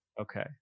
okay